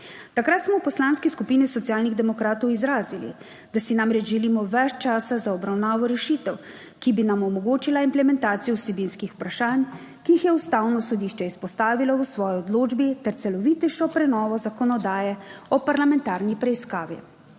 Takrat smo v Poslanski skupini Socialnih demokratov izrazili, da si namreč želimo več časa za obravnavo rešitev, ki bi nam omogočile implementacijo vsebinskih vprašanj, ki jih je Ustavno sodišče izpostavilo v svoji odločbi, ter celovitejšo prenovo zakonodaje o parlamentarni preiskavi.